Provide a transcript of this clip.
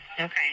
Okay